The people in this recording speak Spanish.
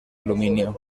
aluminio